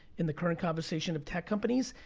in the current conversation of tech companies,